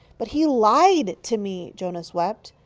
but he lied to me! jonas wept.